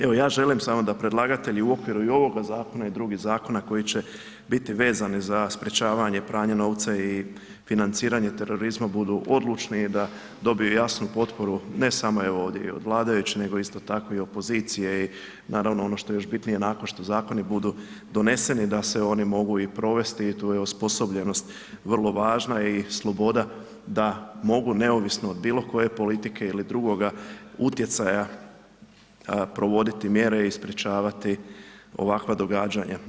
Evo, ja želim samo da predlagatelji i u okviru i ovoga zakona i drugih zakona koji će biti vezani za sprječavanje pranja novca i financiranje terorizma budu odlučni i da dobiju jasnu potporu ne samo evo ovdje i od vladajućih, nego isto tako i od opozicije i naravno ono što je još bitnije nakon što zakoni budu doneseni da se oni mogu i provesti i tu je osposobljenost vrlo važna i sloboda da mogu neovisno od bilo koje politike ili drugoga utjecaja provoditi mjere i sprječavati ovakva događanja.